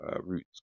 roots